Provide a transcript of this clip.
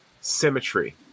symmetry